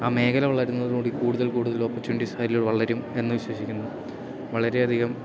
ആ മേഖല വളരുന്നതോടു കൂടി കൂടുതൽ കൂടുതൽ ഓപ്പർച്യൂണിറ്റീസ് അതിൽ വളരും എന്നു വിശ്വസിക്കുന്നു വളരെയധികം